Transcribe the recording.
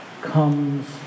comes